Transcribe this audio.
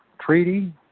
Treaty